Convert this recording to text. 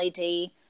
LED